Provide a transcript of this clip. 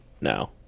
no